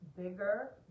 bigger